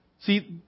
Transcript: See